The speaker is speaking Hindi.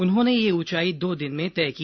उन्होंने ये उंचाई दो दिन में तय की